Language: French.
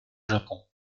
japon